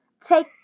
take